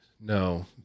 No